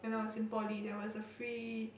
when I was in poly there was a free